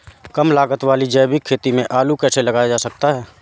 कम लागत वाली जैविक खेती में आलू कैसे लगाया जा सकता है?